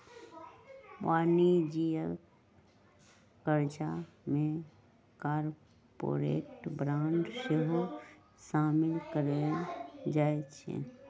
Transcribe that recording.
वाणिज्यिक करजा में कॉरपोरेट बॉन्ड सेहो सामिल कएल जाइ छइ